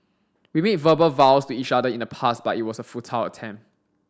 we made verbal vows to each other in the past but it was a futile attempt